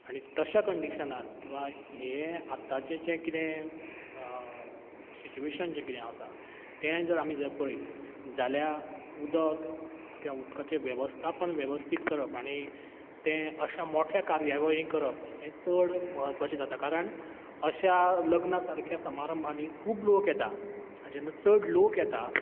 आनी तश्या कंडीशनान किंवांं हें आतांचें जें कितें सिच्यूएशन जें कितें आसा तें जर आमी कितें पळयत जाल्या उदक किंवा उदकाचें वेवस्थापन वेवस्थीत करप आनी तें अशें मोठ्या कार्यावळीक करप हें चड महत्वाचें जाता कारण अशा लग्ना सारक्या समारंभांनी खूब लोक येतात आनी जेन्ना चड लोक येता